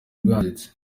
bwanditse